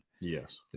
Yes